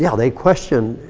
yeah they question,